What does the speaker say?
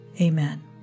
Amen